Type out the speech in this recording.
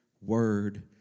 word